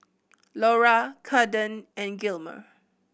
Lora Kaden and Gilmer